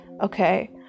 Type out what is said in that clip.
Okay